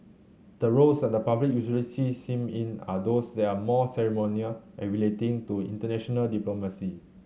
the roles that the public usually sees him in are those that are more ceremonial and relating to international diplomacy